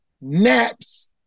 naps